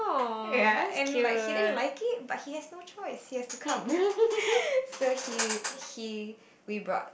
ya and like he didn't like it but he has no choice he has to come so he he we brought